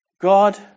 God